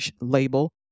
label